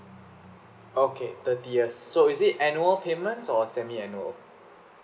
okay thirty years so is it annual payments or semi-annual